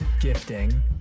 gifting